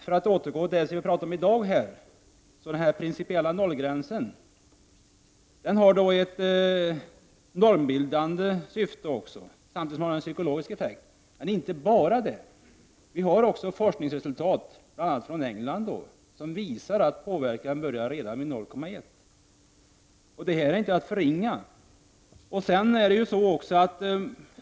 För att återgå till det vi talar om i dag vill jag säga att den principiella nollgränsen också har ett normbildande syfte samtidigt som den har en psykologisk effekt. Men det är inte bara det. Det finns forskningsresultat från bl.a. England som visar att påverkan börjar redan vid 0,1 90. Det är ett resultat som inte skall förringas.